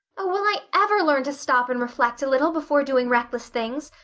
oh, will i ever learn to stop and reflect a little before doing reckless things?